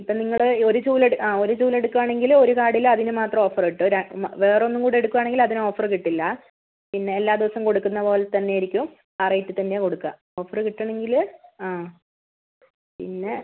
ഇപ്പം നിങ്ങൾ ഒരു ചൂൽ എട് ആ ഒരു ചൂൽ എടുക്കുവാണെങ്കിൽ ഒരു കാർഡിൽ അതിന് മാത്രമേ ഓഫർ കിട്ടൂ ര വേറെ ഒന്നും കൂടി എടുക്കുവാണെങ്കിൽ അതിന് ഓഫർ കിട്ടില്ല പിന്നെ എല്ലാ ദിവസവും കൊടുക്കുന്നത് പോലെ തന്നെ ആയിരിക്കും ആ റേറ്റിൽ തന്നെയാണ് കൊടുക്കുക ഓഫർ കിട്ടണമെങ്കിൽ ആ പിന്നെ